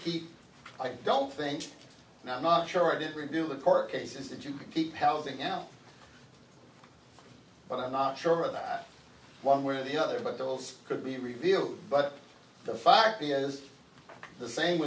n i don't think and i'm not sure i didn't review the court cases that you can keep housing out but i'm not sure of that one way or the other but those could be revealed but the fact is the same